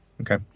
Okay